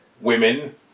women